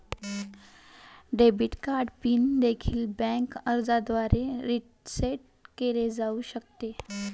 debit card PIN देखील bank अर्जाद्वारे reset केले जाऊ शकते